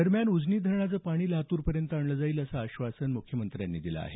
दरम्यान उजनी धरणाचं पाणी लातूरपर्यंत आणलं जाईल असं आश्वासन म्ख्यमंत्र्यांनी दिलं आहे